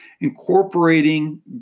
incorporating